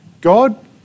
God